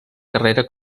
carrera